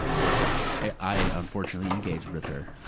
ah request. i, unfortunately, engaged with her.